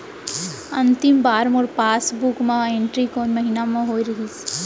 अंतिम बार मोर पासबुक मा एंट्री कोन महीना म होय रहिस?